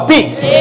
Peace